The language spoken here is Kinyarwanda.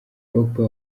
pogba